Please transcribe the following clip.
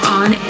on